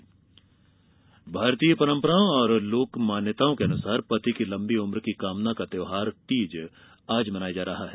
तीज भारतीय परंपराओं और लोक मान्यताओं के अनुसार पति की लंबी उम्र की कामना का त्यौहार तीज आज मनाया जा रहा है